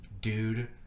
Dude